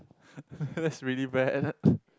that's really bad